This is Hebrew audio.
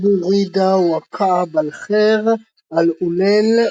" أبو ريدة وكعب الخير", " العليل ",